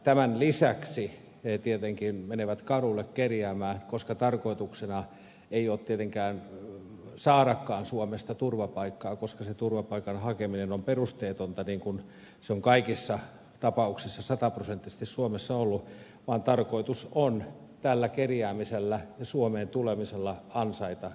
tämän lisäksi he tietenkin menevät kadulle kerjäämään koska tarkoituksena ei ole tietenkään saadakaan suomesta turvapaikkaa koska se turvapaikan hakeminen on perusteetonta niin kuin se on kaikissa tapauksissa sataprosenttisesti suomessa ollut vaan tarkoitus on tällä kerjäämisellä ja suomeen tulemisella ansaita itsellensä rahaa